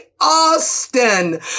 Austin